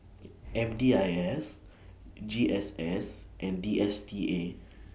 M D I S G S S and D S T A